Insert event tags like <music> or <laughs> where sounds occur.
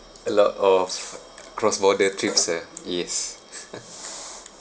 a lot of cross border trips ah yes <laughs>